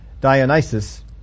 Dionysus